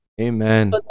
Amen